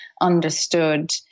understood